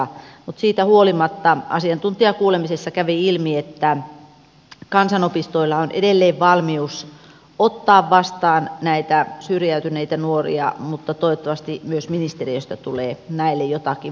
mutta siitä huolimatta asiantuntijakuulemisissa kävi ilmi että kansanopistoilla on edelleen valmius ottaa vastaan syrjäytyneitä nuoria mutta toivottavasti myös ministeriöstä tulee jotakin vastakaikua näille kädenojennuksille